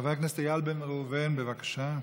חבר הכנסת איל בן ראובן, בבקשה.